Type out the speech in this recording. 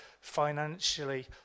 financially